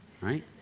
right